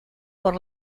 por